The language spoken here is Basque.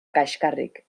kaxkarrik